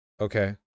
Okay